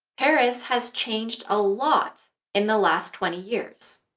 paris has changed a lot in the last twenty years.